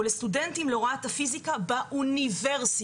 או לסטודנטים להוראת הפיזיקה באוניברסיטה,